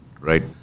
right